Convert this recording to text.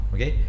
Okay